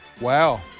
Wow